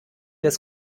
des